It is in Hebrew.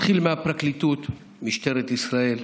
זה מתחיל מהפרקליטות, משטרת ישראל,